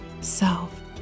self